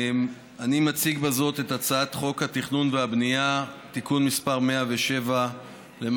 אני מציג בזאת את הצעת חוק התכנון והבנייה (תיקון מס' 107 והוראת שעה).